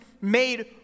made